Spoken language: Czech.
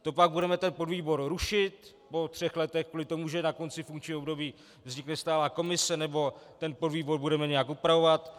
To pak budeme ten podvýbor rušit po třech letech kvůli tomu, že na konci funkčního období vznikne stálá komise, nebo ten podvýbor budeme nějak upravovat?